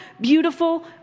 beautiful